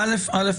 א',